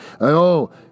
Oh